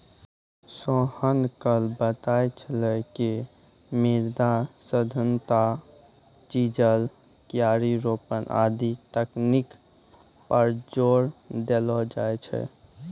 सोहन न कल बताय छेलै कि मृदा सघनता, चिजल, क्यारी रोपन आदि तकनीक पर जोर देलो जाय छै